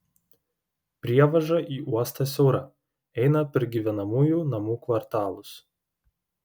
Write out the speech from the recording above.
prievaža į uostą siaura eina per gyvenamųjų namų kvartalus